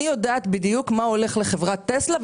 אני יודעת בדיוק מה הולך לחברת "טסלה",